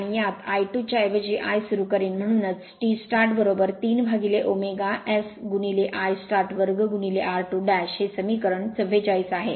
आणि यात I2 च्या ऐवजी I सुरू करीन म्हणूनच T start3ω S I start 2 r2 हे समीकरण 44 आहे